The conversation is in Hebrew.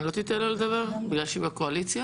מה, לא תיתן לה לדבר בגלל שהיא בקואליציה?